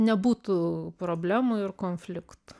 nebūtų problemų ir konfliktų